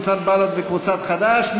קבוצת בל"ד וקבוצת חד"ש,